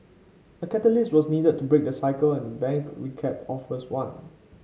a catalyst was needed to break the cycle and the bank recap offers one